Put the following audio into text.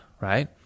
right